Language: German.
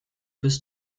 bis